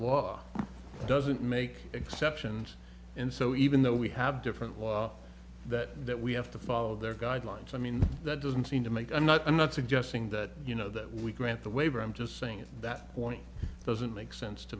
law doesn't make exceptions and so even though we have different law that that we have to follow their guidelines i mean that doesn't seem to make i'm not i'm not suggesting that you know that we grant the waiver i'm just saying that doesn't make sense to